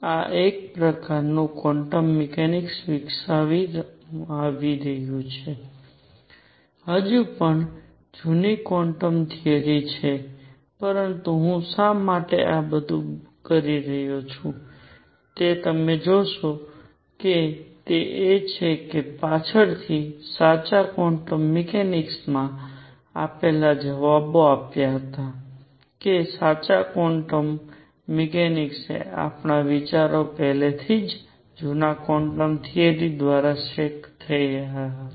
તેથી આ એક પ્રકારનું ક્વોન્ટમ મિકેનિક્સ વિકસાવવામાં આવી રહ્યું હતું હજી પણ જૂની ક્વોન્ટમ થિયરી છે પરંતુ હું શા માટે આ બધું કરી રહ્યો છું તે તમે જોશો તે એ છે કે પાછળથી સાચા ક્વોન્ટમ મિકેનિક્સ માં આપેલા જવાબો આપ્યા હતા કે સાચા ક્વોન્ટમ મિકેનિક્સે આપેલા વિચારો પહેલેથી જ જૂના ક્વોન્ટમ થિયરિ દ્વારા સેટ થઈ રહ્યા હતા